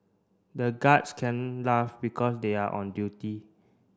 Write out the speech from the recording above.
the guards can't laugh because they are on duty